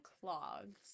clogs